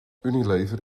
unilever